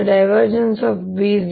B0 ಸಮಾನವಾಗಿರುತ್ತದೆ